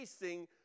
facing